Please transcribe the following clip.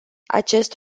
acest